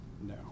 no